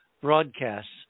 broadcasts